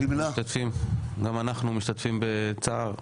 גם אנחנו משתתפים בצער גדול,